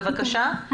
בבקשה,